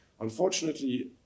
Unfortunately